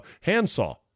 handsaw